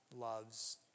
loves